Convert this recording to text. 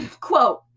Quote